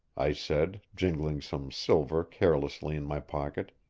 i said, jingling some silver carelessly in my pocket.